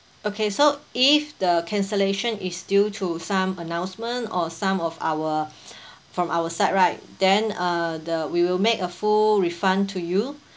okay so if the cancellation is due to some announcement or some of our from our side right then uh the we will make a full refund to you